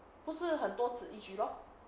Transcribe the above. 不是很多此一举 lor